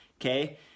okay